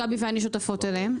דברים שגבי ואני שותפות להם.